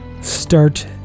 start